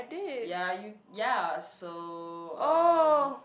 ya you ya so um